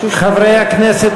חברי הכנסת,